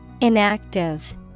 Inactive